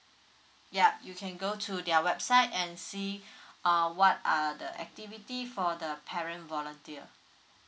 yup you can go to their website and see uh what are the activity for the parent volunteer